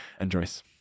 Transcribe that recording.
enjoys